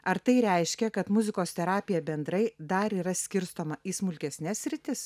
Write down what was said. ar tai reiškia kad muzikos terapija bendrai dar yra skirstoma į smulkesnes sritis